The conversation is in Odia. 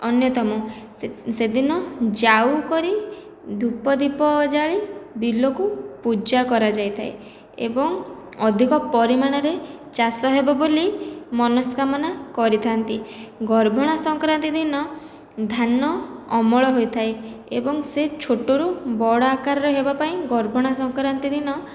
ଅନ୍ୟତମ ସେଦିନ ଯାଉ କରି ଧୂପଦୀପ ଜାଳି ବିଲକୁ ପୂଜା କରାଯାଇଥାଏ ଏବଂ ଅଧିକ ପରିମାଣରେ ଚାଷ ହେବ ବୋଲି ମନସ୍କାମନା କରିଥାନ୍ତି ଗର୍ଭଣା ସଂକ୍ରାନ୍ତି ଦିନ ଧାନ ଅମଳ ହୋଇଥାଏ ଏବଂ ସେ ଛୋଟରୁ ବଡ଼ ଆକାରରେ ବଡ଼ ଆକାରରେ ହେବା ପାଇଁ ଗର୍ଭଣା ସଂକ୍ରାନ୍ତି ଦିନ